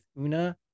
una